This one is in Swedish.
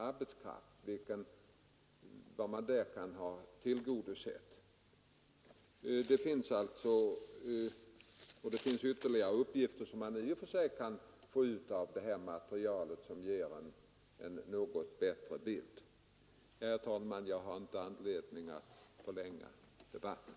Ur materialet kan man också få ytterligare uppgifter som ger en något bättre bild av situationen. Herr talman! Jag har inte anledning att förlänga debatten.